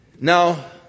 Now